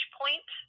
point